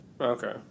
Okay